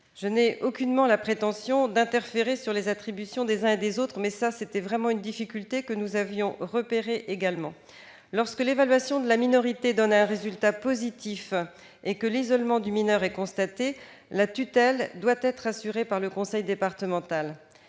Je n'ai aucunement la prétention d'interférer sur les attributions des uns et des autres, mais je tenais à signaler cette difficulté particulière que nous avions également repérée. Lorsque l'évaluation de la minorité donne un résultat positif et que l'isolement du mineur est constaté, la tutelle doit être assurée par le conseil départemental.